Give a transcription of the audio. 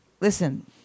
listen